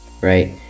right